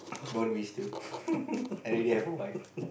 don't wish too everyday I put mine